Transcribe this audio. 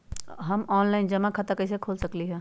हम ऑनलाइन जमा खाता कईसे खोल सकली ह?